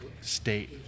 state